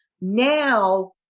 Now